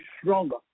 stronger